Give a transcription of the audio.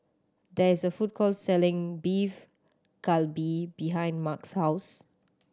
there is a food court selling Beef Galbi behind Mark's house